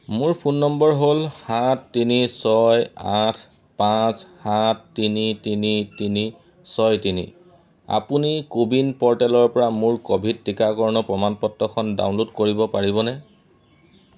মোৰ phone number হ'ল সাত তিনি ছয় আঠ পাঁচ সাত তিনি তিনি তিনি ছয় তিনি আপুনি কো ৱিন প'ৰ্টেলৰপৰা মোৰ ক'ভিড টীকাকৰণৰ প্ৰমাণপত্ৰখন ডাউনল'ড কৰিব পাৰিবনে